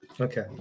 Okay